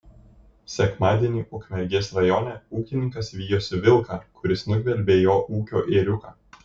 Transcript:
sekmadienį ukmergės rajone ūkininkas vijosi vilką kuris nugvelbė jo ūkio ėriuką